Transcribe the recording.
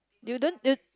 you don't uh